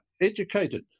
educated